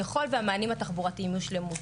ככל שהמענים התחבורתיים יושלמו.